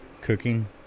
cooking